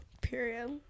Period